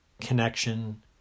connection